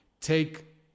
Take